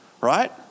right